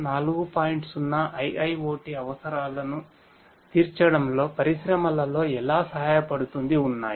0 IIoT అవసరాలు లను తీర్చడంలో పరిశ్రమలలో ఎలా సహాయపడుతుంది ఉన్నాయి